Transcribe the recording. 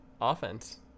offense